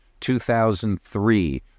2003